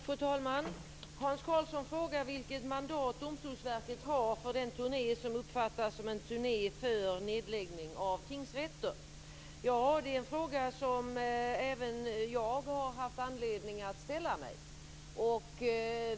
Fru talman! Hans Karlsson frågade vilket mandat Domstolsverket har för den turné som uppfattas som en turné för nedläggning av tingsrätter. Ja, det är en fråga som även jag har haft anledning att ställa mig.